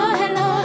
hello